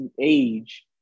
age